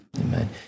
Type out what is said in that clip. amen